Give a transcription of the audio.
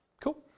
Cool